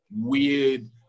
weird